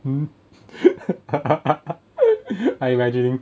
hmm I imagining